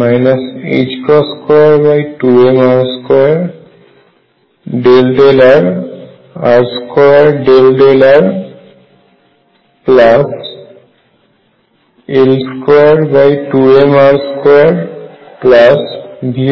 22mr2∂rr2∂rL22mr2Vr